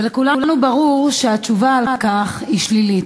ולכולנו ברור שהתשובה על כך היא שלילית.